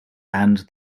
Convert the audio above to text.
and